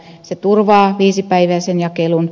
se turvaa viisipäiväisen jakelun